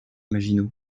maginot